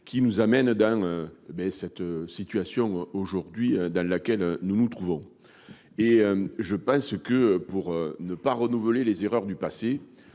qui nous amène dans cette situation aujourd'hui dans laquelle nous nous trouvons et je pense que pour ne pas renouveler les erreurs du passé,